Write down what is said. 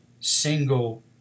single